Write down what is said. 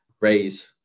raise